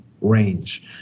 range